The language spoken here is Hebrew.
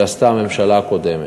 שעשתה הממשלה הקודמת.